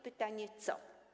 Pytanie: Co?